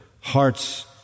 hearts